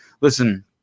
listen